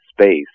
space